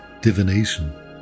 divination